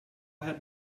had